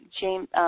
James